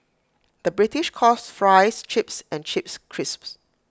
the British calls Fries Chips and Chips Crisps